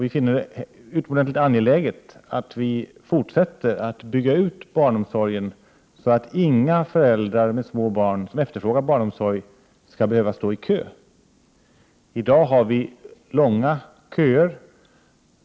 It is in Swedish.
Vi finner det utomordentligt angeläget att samhället fortsätter att bygga ut barnomsorgen, så att inga föräldrar med små barn som efterfrågar barnomsorg skall behöva stå i kö. I dag har vi långa köer.